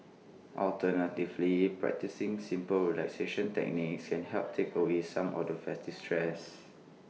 alternatively practising simple relaxation techniques can help take away some of the festive stress